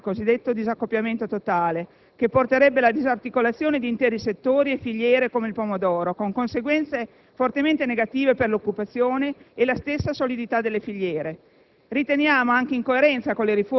la proposta di un passaggio immediato al cosiddetto disaccoppiamento totale, che porterebbe alla disarticolazione di interi settori e filiere, come quella del pomodoro, con conseguenze fortemente negative per l'occupazione e la stessa solidità delle filiere.